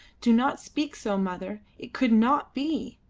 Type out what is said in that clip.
do not speak so, mother it could not be.